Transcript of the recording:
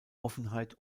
offenheit